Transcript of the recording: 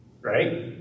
Right